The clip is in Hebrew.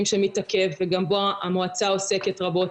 שמתעכב וגם בו המועצה עוסקת רבות,